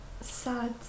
sad